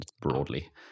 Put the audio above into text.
broadly